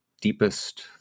deepest